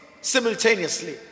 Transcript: simultaneously